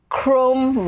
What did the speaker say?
Chrome